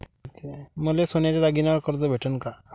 मले सोन्याच्या दागिन्यावर कर्ज भेटन का?